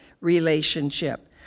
relationship